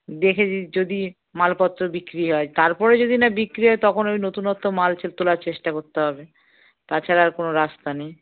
দেখে যদি মালপত্র বিক্রি হয় তারপরে যদি না বিক্রি হয় তখন ওই নতুনত্ব মালকে তোলার চেষ্টা করতে হবে তাছাড়া আর কোনো রাস্তা নেই